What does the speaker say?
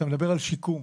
אתה מדבר על שיקום,